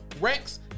Rex